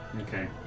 Okay